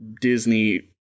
Disney